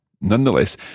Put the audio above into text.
Nonetheless